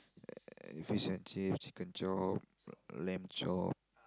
fish and chips chicken chop lamb chop